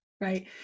Right